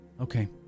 Okay